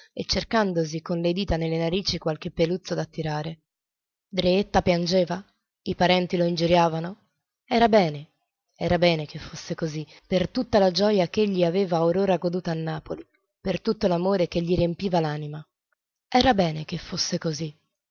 e cercandosi con le dita nelle narici qualche peluzzo da tirare dreetta piangeva i parenti lo ingiuriavano era bene era bene che fosse così per tutta la gioja ch'egli aveva or ora goduta a napoli per tutto l'amore che gli riempiva l'anima era bene che fosse così